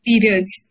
periods